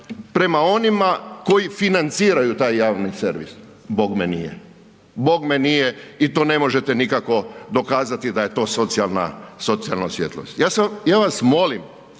prema onima koji financiraju taj javni servis? Bogme nije, bogme nije i to ne možete nikako dokazati da je to socijalna, socijalna svjetlost. Ja vas molim,